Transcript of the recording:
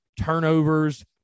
turnovers